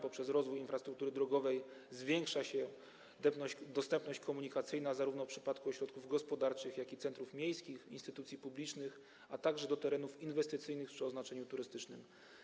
Poprzez rozwój infrastruktury drogowej zwiększa się dostępność komunikacyjna, zarówno w przypadku ośrodków gospodarczych, jak i w przypadku centrów miejskich, instytucji publicznych, a także terenów inwestycyjnych czy o znaczeniu turystycznym.